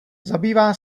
zabývá